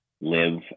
live